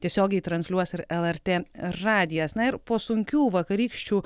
tiesiogiai transliuos ir lrt radijas na ir po sunkių vakarykščių